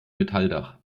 metalldach